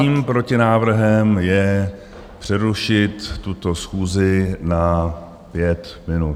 Mým protinávrhem je přerušit tuto schůzi na pět minut.